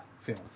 film